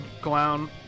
clown